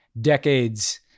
decades